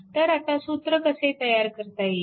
तर आता सूत्र कसे तयार करता येईल